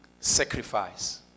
sacrifice